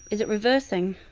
is it reversing?